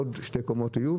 יהיו עוד שתי קומות,